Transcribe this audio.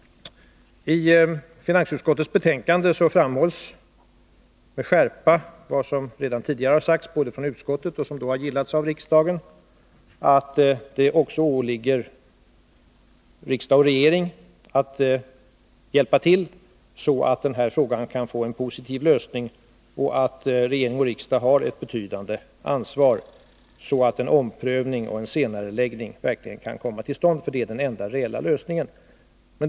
I finansutskottets betänkande framhålls med skärpa vad utskottet redan tidigare har sagt, vilket då har gillats av riksdagen, nämligen att det också åligger riksdag och regering att hjälpa till, så att den här frågan kan få en positiv lösning och att regering och riksdag har ett betydande ansvar för att en omprövning och senareläggning verkligen kan komma till stånd. Det är ju den enda reella lösningen.